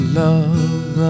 love